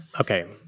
okay